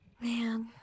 man